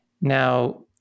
Now